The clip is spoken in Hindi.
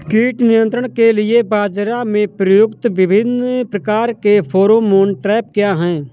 कीट नियंत्रण के लिए बाजरा में प्रयुक्त विभिन्न प्रकार के फेरोमोन ट्रैप क्या है?